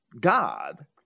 God